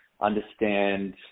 understand